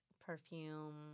perfume